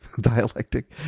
dialectic